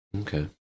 Okay